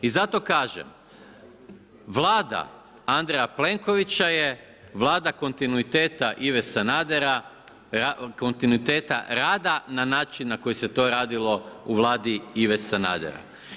I zato kažem, Vlada Andreja Plenkovića je vlada kontinuiteta Ive Sanadera, kontinuiteta rada na način na koji se to radilo u vladi Ive Sanadera.